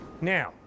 Now